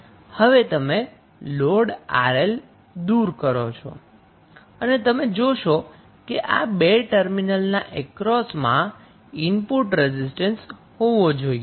હવે તમે લોડ 𝑅𝐿 દુર કરો છો અને તમે જોશો કે આ 2 ટર્મિનલ ના અક્રોસમાં ઈનેપુટ રેઝિસ્ટન્સ હોવો જોઈએ